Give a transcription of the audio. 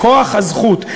בכוח הזכות.